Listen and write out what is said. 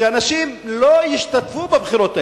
שאנשים לא ישתתפו בבחירות האלה.